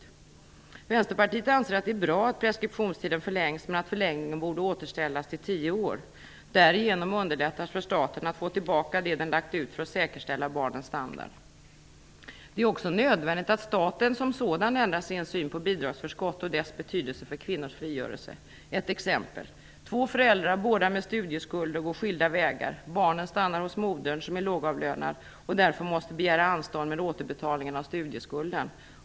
Vänsterpartiet anser att det är bra att preskriptionstiden förlängs, men att preskriptionstiden bort återställas till tio år. Därigenom underlättas det för staten att få tillbaka det som den har lagt ut för att säkerställa barnens standard. Det är också nödvändigt att staten som sådan ändrar sin syn på bidragsförskott och dess betydelse för kvinnors frigörelse. Jag vill nämna ett exempel. Två föräldrar, båda med studieskulder, går skilda vägar. Barnen stannar hos modern som är lågavlönad och därför måste begära anstånd med återbetalningen av studieskulden.